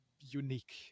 unique